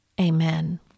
Amen